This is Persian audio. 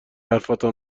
حرفتان